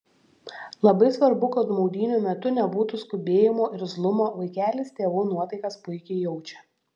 labai svarbu kad maudynių metu nebūtų skubėjimo irzlumo vaikelis tėvų nuotaikas puikiai jaučia